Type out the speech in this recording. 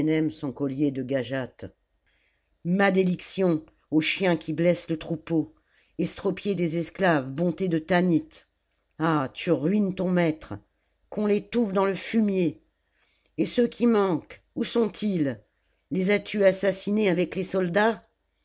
son collier de gagates malédiction au chien qui blesse le troupeau estropier des esclaves bonté de tanit ah tu ruines ton maître qu'on l'étouffe dans le fumier et ceux qui manquent où sont-ils les as-tu assassinés avec les soldats